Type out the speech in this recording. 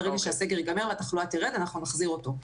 וברגע שהסגר יגמר והתחלואה תרד אנחנו נחזיר אותו.